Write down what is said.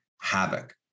havoc